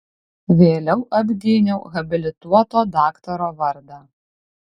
vėliau apgyniau habilituoto daktaro vardą